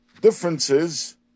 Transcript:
differences